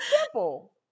simple